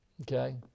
Okay